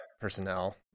personnel